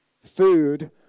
Food